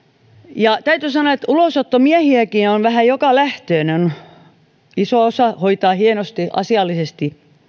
ja huomioimaan täytyy sanoa että ulosottomiehiäkin on vähän joka lähtöön iso osa hoitaa hienosti asiallisesti